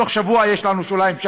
תוך שבוע יש לנו שוליים,